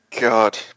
God